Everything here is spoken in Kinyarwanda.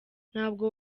ntabwo